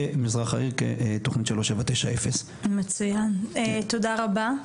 כתכנית 3790. מצויין, תודה רבה.